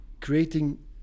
creating